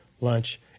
lunch